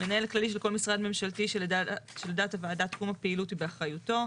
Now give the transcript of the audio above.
מנהל כללי של כל משרד ממשלתי שלדעת הוועדה תחום הפעילות היא באחריותו.